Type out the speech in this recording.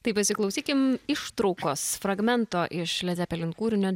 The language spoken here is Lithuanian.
taip pasiklausykim ištraukos fragmento iš led zepelin kūrinio